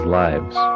lives